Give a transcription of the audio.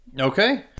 Okay